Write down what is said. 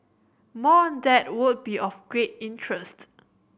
more on that would be of great interest